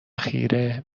خیره